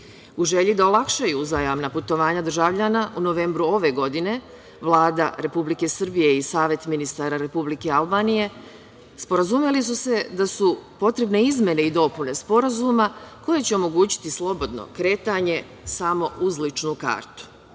U želji da olakšaju uzajamna putovanja državljana, u novembru ove godine, Vlada Republike Srbije i Savet ministara Republike Albanije sporazumeli su se da su potrebne izmene i dopune Sporazuma koje će omogućiti slobodno kretanje samo uz ličnu